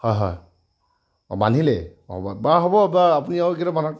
হয় হয় অঁ বান্ধিলেই অঁ বাৰু হ'ব বা আপুনি আৰু কেইটা বান্ধক